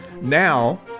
Now